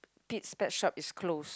Pit's pet shop is closed